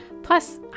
Plus